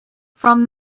from